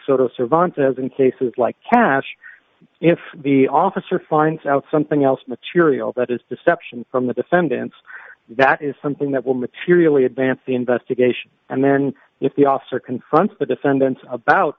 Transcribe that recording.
sort of surveillance as in cases like cash if the officer finds out something else material that is deception from the defendants that is something that will materially advance the investigation and then if the officer confronts the defendants about